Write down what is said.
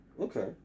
Okay